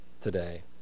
today